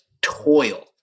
toil